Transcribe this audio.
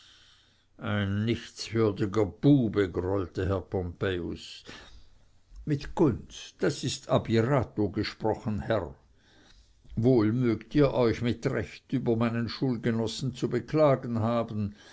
ein nichtswürdiger bube grollte herr pompejus mit gunst das ist ab irato gesprochen herr wohl mögt ihr euch mit recht über meinen schulgenossen zu beklagen haben